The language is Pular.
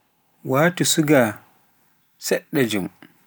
Waatu suga seɗɗa jum.